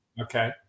Okay